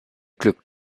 glück